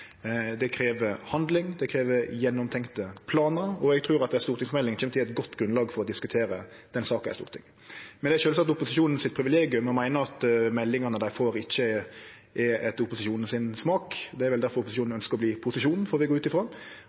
Det krev handling, det krev gjennomtenkte planar, og eg trur at ei stortingsmelding kjem til å gje eit godt grunnlag for å diskutere den saka i Stortinget. Det er sjølvsagt opposisjonen sitt privilegium å meine at meldingane dei får, ikkje er etter opposisjonen sin smak. Det er vel difor opposisjonen ønskjer å verte posisjon, får vi gå ut